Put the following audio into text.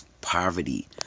poverty